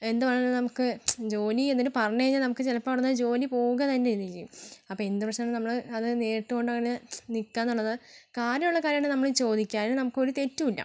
എന്തു പറഞ്ഞാലും നമുക്ക് ജോലി എന്നു പറഞ്ഞുകഴിഞ്ഞാൽ നമുക്ക് ചിലപ്പോൾ അവിടുന്ന് ജോലി പോവുക തന്നെ ഇരിക്കും അപ്പോൾ എന്തു പ്രശ്നം വന്നാലും നമ്മൾ അത് നേരിട്ട് കൊണ്ടാണ് നിക്കാന്നുള്ളത് കാര്യമുള്ള കാര്യമാണെങ്കിൽ നമ്മൾ ചോദിക്കുക അതിന് നമുക്ക് ഒരു തെറ്റുമില്ല